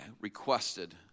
requested